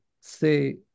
say